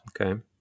Okay